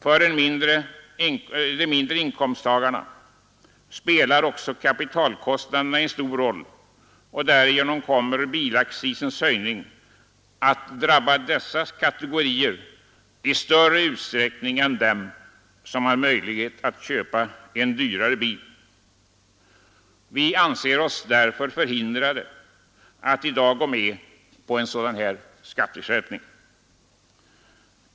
För de mindre inkomsttagarna spelar också kapitalkostnaderna en stor roll, och därigenom kommer bilaccisens höjning att drabba dessa kategorier i större utsträckning än dem som har möjlighet att köpa en dyrare bil. Vi anser oss därför förhindrade att i dag gå med på en sådan skatteskärpning.